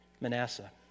Manasseh